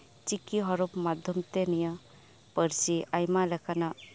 ᱪᱤᱠᱤ ᱦᱚᱨᱚᱯ ᱛᱟᱞᱟᱛᱮ ᱛᱮ ᱱᱤᱭᱟᱹ ᱯᱟᱹᱨᱥᱤ ᱟᱭᱢᱟ ᱞᱮᱠᱟᱱᱟᱜ